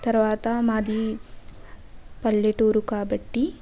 తర్వాత మాది పల్లెటూరు కాబట్టి